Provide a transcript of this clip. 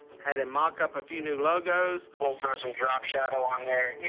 had him mock up a few new logos. we'll put some drop shadow on